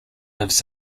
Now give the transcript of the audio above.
lives